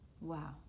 Wow